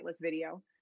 video